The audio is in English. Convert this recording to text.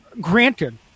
granted